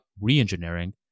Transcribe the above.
re-engineering